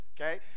okay